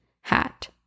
hat